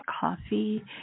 coffee